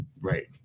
Right